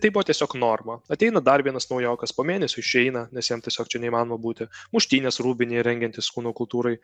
tai buvo tiesiog norma ateina dar vienas naujokas po mėnesio išeina nes jam tiesiog čia neįmanoma būti muštynės rūbinėj rengiantis kūno kultūrai